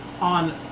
on